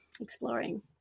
exploring